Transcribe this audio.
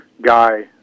guy